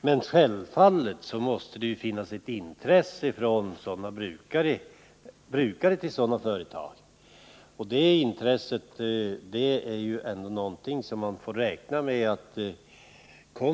Men självfallet måste det finnas ett intresse från brukare att bilda sambruksföretag.